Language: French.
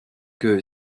que